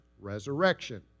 resurrection